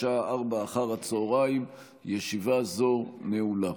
בשעה 16:00. ישיבה זו נעולה.